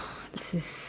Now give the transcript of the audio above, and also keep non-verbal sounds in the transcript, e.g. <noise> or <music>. <breath> this is